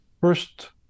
first